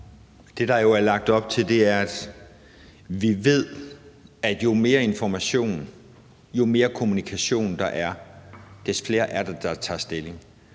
Det, der jo er lagt op til, er, at vi ved, at jo mere information og kommunikation der er, des flere tager stilling.